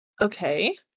Okay